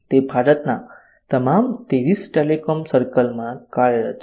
તે ભારતના તમામ 23 ટેલિકોમ સર્કલમાં કાર્યરત છે